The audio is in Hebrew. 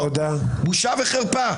בושה וחרפה.